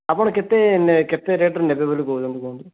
ଆପଣ କେତେ କେତେ ରେଟ୍ରେ ନେବେ ବୋଲି କହୁଛନ୍ତି କୁହନ୍ତୁ